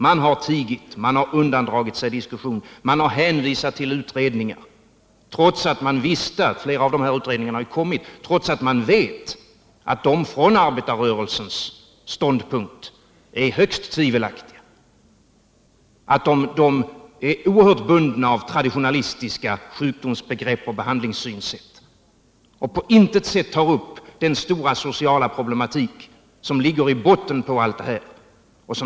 Man har tigit och undandragit sig diskussion samt hänvisat till utredningar, trots att man vetat att flera av dessa utredningar kommit och att de enligt arbetarrörelsens ståndpunkt är högst tvivelaktiga, oerhört bundna av traditionalistiska sjukdomsbegrepp och behandlingssynsätt och på intet sätt tar upp den stora sociala problematik som ligger i botten på allt det här.